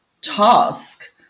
task